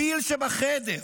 הפיל שבחדר,